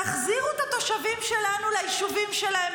תחזירו את התושבים שלנו ליישובים שלהם,